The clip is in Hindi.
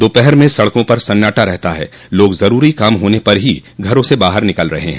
दोपहर में सड़कों पर सन्नाटा रहता ह लोग जरूरी काम होन पर ही घर से बाहर निकल रहे हैं